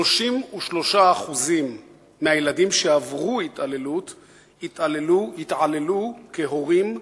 33% מהילדים שעברו התעללות התעללו, כהורים,